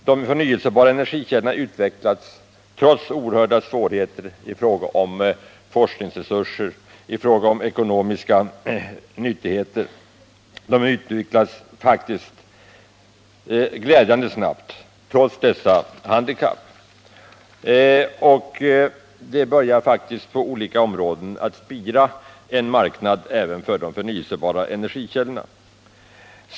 De förnyelsebara energikällorna utvecklas trots oerhörda svårigheter i fråga om forskningsresurser, i fråga om ekonomiska tillgångar. De utvecklas faktiskt glädjande snabbt trots dessa handikapp. På olika områden börjar det spira en marknad även för de förnyelsebara energikällorna.